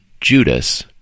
Judas